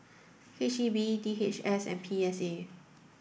H E B D H S and P S A